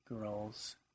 girls